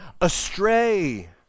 astray